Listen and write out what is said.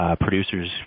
producers